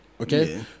Okay